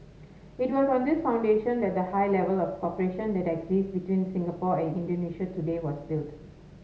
it was on this foundation that the high level of cooperation that exists between Singapore and Indonesia today was built